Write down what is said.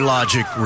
Logic